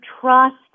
trust